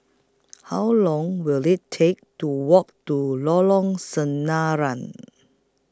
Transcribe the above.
How Long Will IT Take to Walk to Lorong Sinaran